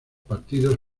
partidos